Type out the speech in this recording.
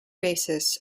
basis